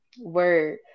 Word